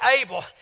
able